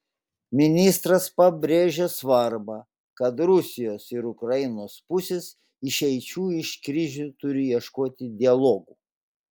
ministras pabrėžė svarbą kad rusijos ir ukrainos pusės išeičių iš krizių turi ieškoti dialogu